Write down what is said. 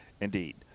indeed